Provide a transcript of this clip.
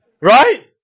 Right